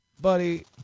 buddy